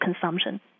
consumption